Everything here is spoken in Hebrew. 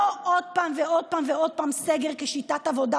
לא עוד פעם ועוד פעם ועוד פעם סגר כשיטת עבודה,